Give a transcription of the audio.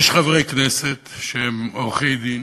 יש חברי כנסת שהם עורכי-דין,